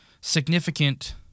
significant